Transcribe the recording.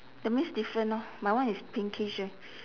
that means different lor my one is pinkish eh